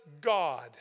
God